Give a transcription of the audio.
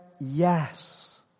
Yes